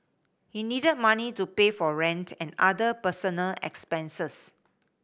he needed money to pay for rent and other personal expenses